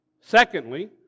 Secondly